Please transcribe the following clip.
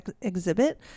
exhibit